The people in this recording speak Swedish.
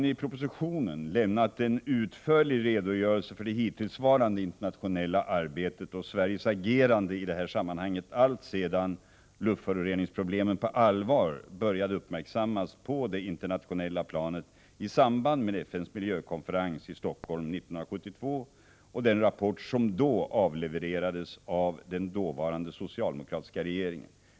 Jag har i propositionen lämnat en utförlig redogörelse för det hittillsvarande internationella arbetet och Sveriges agerande i detta sammanhang alltsedan luftföroreningsproblemen på allvar började uppmärksammas på det internationella planet i samband med FN:s miljökonferens i Stockholm 1972 och den rapport som då avlevererades av den dåvarande socialdemokratiska regeringen.